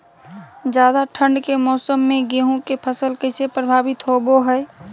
ज्यादा ठंड के मौसम में गेहूं के फसल कैसे प्रभावित होबो हय?